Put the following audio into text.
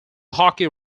hockey